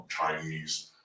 Chinese